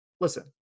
listen